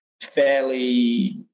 fairly